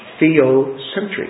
theocentric